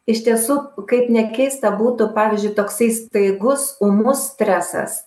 iš tiesų kaip nekeista būtų pavyzdžiui toksai staigus ūmus stresas